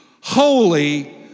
holy